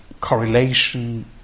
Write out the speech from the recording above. correlation